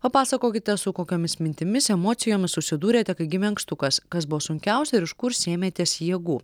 papasakokite su kokiomis mintimis emocijomis susidūrėte kai gimė ankstukas kas buvo sunkiausia ir iš kur sėmėtės jėgų